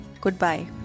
Goodbye